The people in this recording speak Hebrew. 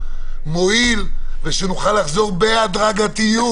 מועיל ונוכל לחזור בהדרגתיות,